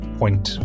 point